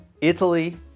italy